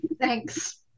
thanks